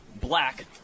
Black